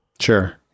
Sure